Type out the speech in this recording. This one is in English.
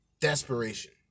desperation